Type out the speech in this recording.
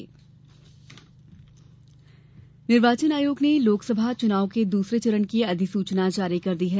अधिसूचना निर्वाचन आयोग ने लोकसभा चुनाव के दूसरे चरण की अधिसूचना जारी कर दी है